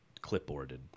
clipboarded